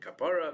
kapara